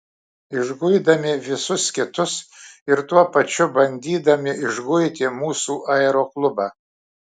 išguidami visus kitus ir tuo pačiu bandydami išguiti mūsų aeroklubą